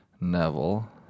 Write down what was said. Neville